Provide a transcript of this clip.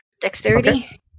Dexterity